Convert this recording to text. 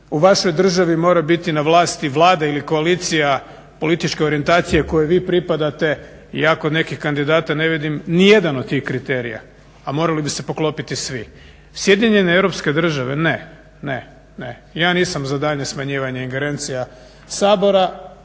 U vašoj državi mora biti na vlasti Vlada ili koalicija političke orijentacije kojoj vi pripadate. Ja kod nekih kandidata ne vidim nijedan od tih kriterija, a morali bi se poklopiti svi. Sjedinjene Europske Države, ne, ne, ne. Ja nisam za daljnje smanjivanje ingerencija Sabora